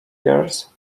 years